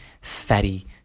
fatty